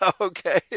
Okay